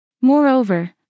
Moreover